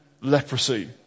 leprosy